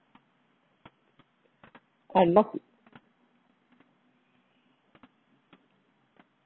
I'm not